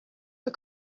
for